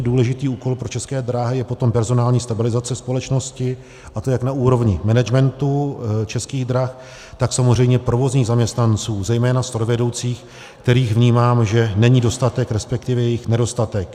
Nesmírně důležitý úkol pro České dráhy je potom personální stabilizace společnosti, a to jak na úrovni managementu Českých drah, tak samozřejmě provozních zaměstnanců, zejména strojvedoucích, kterých, vnímám, že není dostatek, resp. je jich nedostatek.